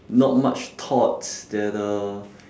not much thoughts that uh